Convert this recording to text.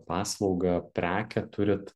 paslaugą prekę turit